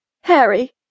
Harry